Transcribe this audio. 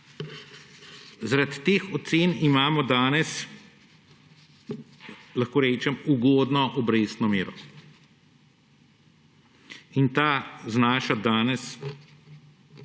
Zaradi teh ocen imamo danes, lahko rečem, ugodno obrestno mero. Od 14. 3. do danes